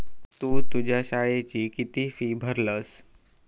तु तुझ्या शाळेची किती फी भरलस?